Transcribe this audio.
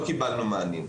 לא קיבלנו מענה.